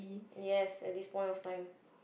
yes at this point of time